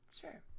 Sure